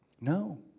No